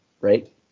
right